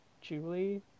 Julie